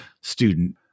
student